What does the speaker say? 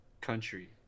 Country